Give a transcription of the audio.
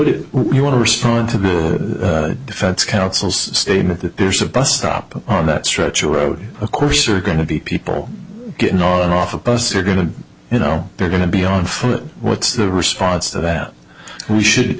did you want to respond to the defense counsel's statement that there's a bus stop on that stretch of road of course are going to be people get annoyed and off the bus are going to you know they're going to be on foot what's the response to that we should